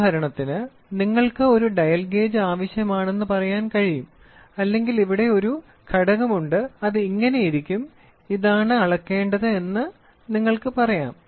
ഉദാഹരണത്തിന് നിങ്ങൾക്ക് ഒരു ഡയൽ ഗേജ് ആവശ്യമാണെന്ന് പറയാൻ കഴിയും അല്ലെങ്കിൽ ഇവിടെ ഒരു ഘടകമുണ്ട് അത് ഇങ്ങനെ ഇരിക്കും ഇതാണ് അളക്കേണ്ടത്എന്ന് നിങ്ങൾക്ക് പറയാം